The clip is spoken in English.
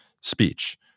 speech